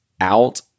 out